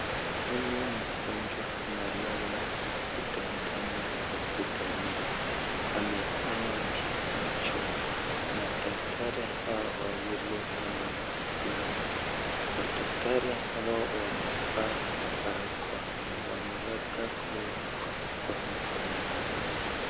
Huyu mgonjwa analala kitandani hospitalini, ameona juu na daktari hao wawili wanamtibu yeye, madaktari hawa wawili wamevaa barakoa na wameweka glovu kwenye mkono yao.